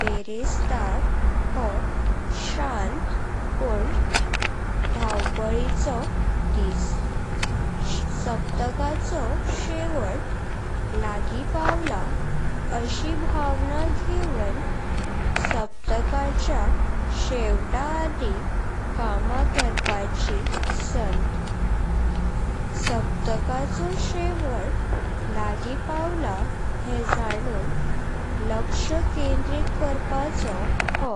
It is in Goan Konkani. बेरस्तार हो शान्त पण धावपळिचो दिस। सप्तकाचो शेवट लागी पावला अशी भावना घेऊन सप्तकाचा शेवटा आदी कामा करपाची सांड। सप्तकाचो शेवट लागी पावला हे जाणून लक्ष केंद्रित करपाचो हो